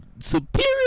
Superior